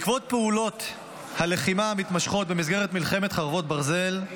ניר ----- בעקבות פעולות הלחימה המתמשכות במסגרת מלחמת חרבות ברזל,